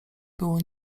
było